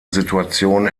situationen